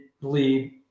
believe